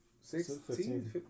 sixteen